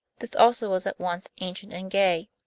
this also was at once ancient and gay.